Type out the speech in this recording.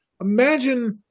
Imagine